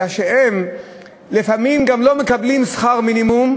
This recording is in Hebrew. אלא שלפעמים הם לא מקבלים שכר מינימום,